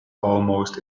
almost